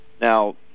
Now